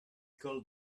called